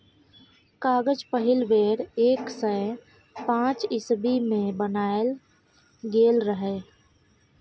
कागज पहिल बेर एक सय पांच इस्बी मे बनाएल गेल रहय